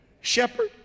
shepherd